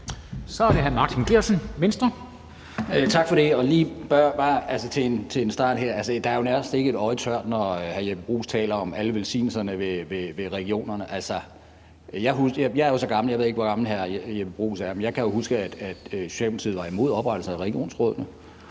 Kl. 14:08 Martin Geertsen (V): Tak for det. Altså, bare lige til en start her: Der er jo nærmest ikke et øje tørt, når hr. Jeppe Bruus taler om alle velsignelserne ved regionerne. Jeg er jo så gammel – og jeg ved ikke, hvor gammel hr. Jeppe Bruus er – at jeg kan huske, at Socialdemokratiet var imod oprettelsen af regionsrådene.